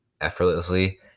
effortlessly